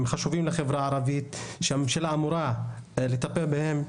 חשובים לחברה הערבית שהממשלה אמורה לטפל בהם,